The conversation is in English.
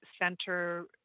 center